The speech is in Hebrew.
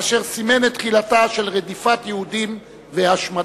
אשר סימן את תחילת רדיפת היהודים והשמדתם.